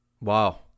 Wow